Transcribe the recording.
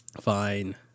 fine